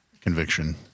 conviction